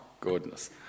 goodness